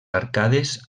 arcades